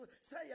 Say